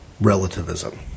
relativism